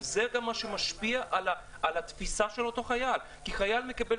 זה מה שמשפיע על התפיסה של אותו חייל כי חייל אומר: